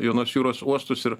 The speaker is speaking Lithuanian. juodosios jūros uostus ir